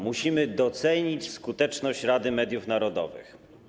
Musimy docenić skuteczność Rady Mediów Narodowych.